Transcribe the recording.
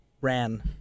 ran